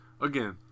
Again